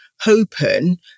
Hoping